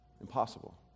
impossible